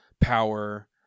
power